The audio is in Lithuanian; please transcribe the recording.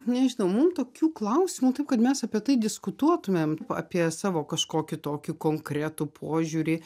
nežinau mum tokių klausimų taip kad mes apie tai diskutuotumėm apie savo kažkokį tokį konkretų požiūrį